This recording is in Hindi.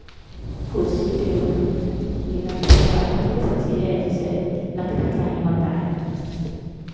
कुर्सी टेबुल बेलन चकला बहुत ऐसा चीज़ है जिसे लकड़ी का ही होता है